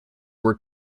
were